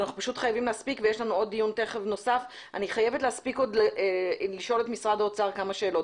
אבל אני חייבת להספיק עוד לשאול את משרד האוצר כמה שאלות.